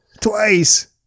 twice